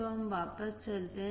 तो हम वापस चलते हैं